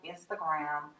Instagram